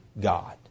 God